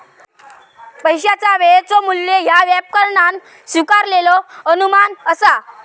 पैशाचा वेळेचो मू्ल्य ह्या व्यापकपणान स्वीकारलेलो अनुमान असा